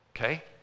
okay